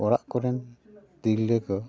ᱚᱲᱟᱜ ᱠᱚᱨᱮᱱ ᱛᱤᱨᱞᱟᱹ ᱠᱚ